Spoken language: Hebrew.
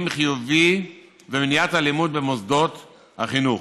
חיובי ולמניעת אלימות במוסדות החינוך,